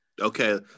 Okay